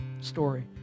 story